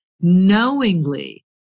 knowingly